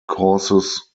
causes